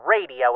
radio